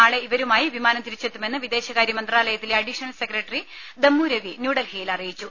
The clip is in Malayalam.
നാളെ ഇവരുമായി വിമാനം തിരിച്ചെത്തുമെന്ന് വിദേശകാര്യ മന്ത്രാലയത്തിലെ അഡീഷണൽ സെക്രട്ടറി ദമ്മുരവി ന്യൂഡൽഹിയിൽ അറിയിച്ചു